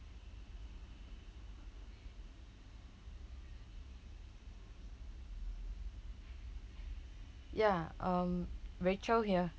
ya um rachel here